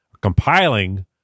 compiling